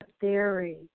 theory